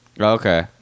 Okay